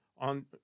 on